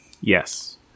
Yes